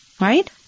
right